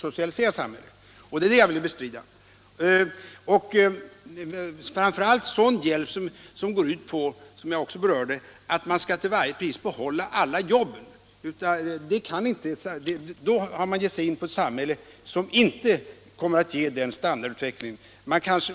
Om man till varje pris skall behålla alla jobb, då har man gett sig in på att tala om ett samhälle som inte kommer att ge den önskvärda standardutvecklingen.